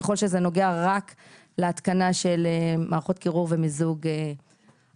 ככל שזה נוגע רק להתקנה של מערכות קירור ומיזוג אוויר.